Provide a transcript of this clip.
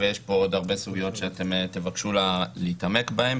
ויש פה עוד הרבה סוגיות שאתם תבקשו להתעמק בהן,